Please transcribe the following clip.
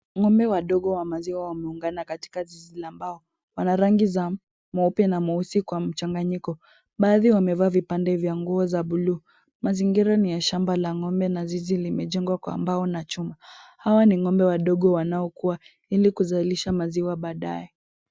Ng'ombe wadogo wa maziwa wameungana katika zizi la mbao. Wana rangi za meupe na meusi kwa mchanganyiko. Baadhi wamevaa vipande vya nguo za buluu. Mazingira ni ya shamba la ng'ombe na zizi limejengwa kwa mbao na chuma. Hawa ni ngombe wadogo wanaokuwa ili kuzalisha maziwa baadaye.